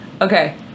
Okay